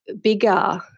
bigger